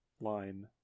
line